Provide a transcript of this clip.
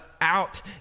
out